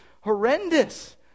horrendous